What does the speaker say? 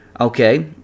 Okay